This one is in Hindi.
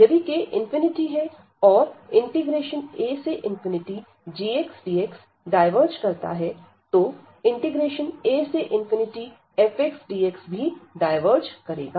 यदि k∞ है और agxdxडायवर्ज करता है तो afxdxभी डायवर्ज करेगा